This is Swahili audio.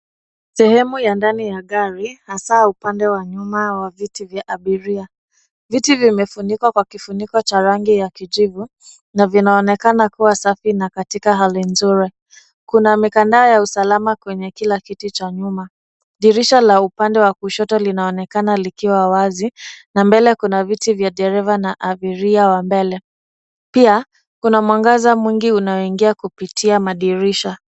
Sehemu ya ndani ya gari hasa upande wa nyuma wa viti vya abiria. Viti vimefunikwa kwa kifuniko cha rangi ya kijivu na vinaonekana kuwa safi na katika hali nzuri. Kuna mikanda ya usalama kwenye kila kiti cha nyuma. Dirisha la upande wa kushoto linaonekana likiwa wazi na mbele kuna viti vya dereva na abiria wa mbele. Pia kuna mwangaza mwingi unaoingia kupitia madirisha.